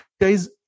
guys